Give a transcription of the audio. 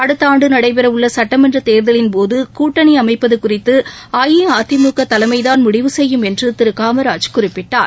அடுத்த ஆண்டு நபைறவுள்ள சட்டமன்ற தேர்தலின்போது கூட்டணி அமைப்பது குறித்து அஇஅதிமுக தலைமைதான் முடிவு செய்யும் என்று திரு காமராஜ் குறிப்பிட்டார்